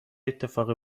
اتفاقی